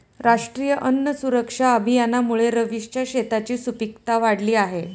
राष्ट्रीय अन्न सुरक्षा अभियानामुळे रवीशच्या शेताची सुपीकता वाढली आहे